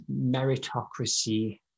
meritocracy